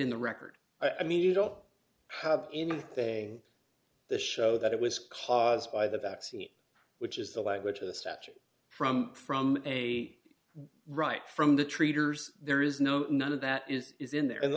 in the record i mean you don't have anything to show that it was caused by the vaccine which is the language of the statute from from a right from the treaters there is no none of that is is in there and